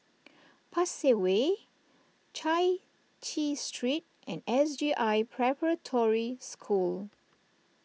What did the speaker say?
Pasir Way Chai Chee Street and S J I Preparatory School